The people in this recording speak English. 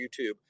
YouTube